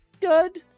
good